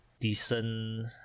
decent